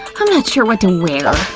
i'm not sure what to wear!